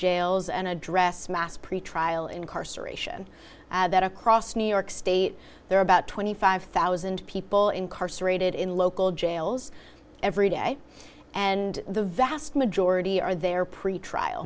jails and address mass pretrial incarceration that across new york state there are about twenty five thousand people incarcerated in local jails every day and the vast majority are there pretrial